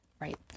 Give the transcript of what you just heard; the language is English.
right